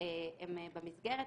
הם במסגרת,